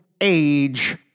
age